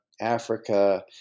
africa